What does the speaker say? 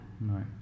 Right